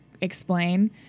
explain